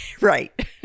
Right